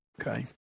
okay